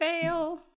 Fail